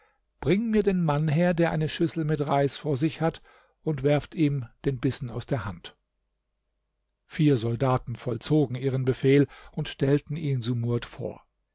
bringt mir den mann her der eine schüssel mit reis vor sich hat und werft ihm den bissen aus der hand vier soldaten vollzogen ihren befehl und stellten ihn sumurd vor